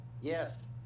Yes